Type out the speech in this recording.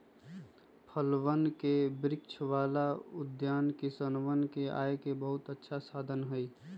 फलवन के वृक्ष वाला उद्यान किसनवन के आय के बहुत अच्छा साधन हई